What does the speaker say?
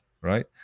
right